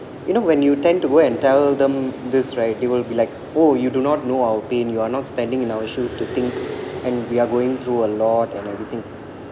you know when you tend to go and tell them this right they will be like oh you do not know our pain you're not standing in our shoes to think and we're going through a lot and everything